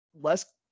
less